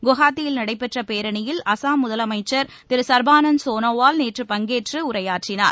குவஹாத்தியில் நடைபெற்ற பேரணியில் அசாம் முதலமைச்சர் திரு சர்பானந்த் சோனாவால் நேற்று பங்கேற்று உரையாற்றினார்